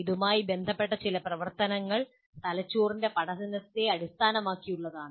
ഇതുമായി ബന്ധപ്പെട്ട ചില പ്രവർത്തനങ്ങൾ തലച്ചോറിന്റെ പഠനത്തെ അടിസ്ഥാനമാക്കിയുള്ളതാണ്